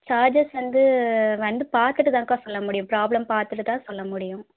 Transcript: charges வந்து வந்து பார்த்துட்டுதான்க்கா சொல்ல முடியும் ப்ராப்ளம் பார்த்துட்டுதான் சொல்ல முடியும்